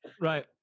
Right